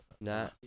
Nah